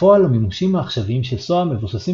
בפועל המימושים העכשוויים של SOA מבוססים